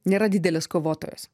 nėra didelės kovotojos